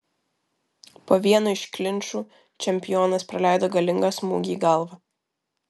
po vieno iš klinčų čempionas praleido galingą smūgį į galvą